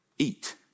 Eat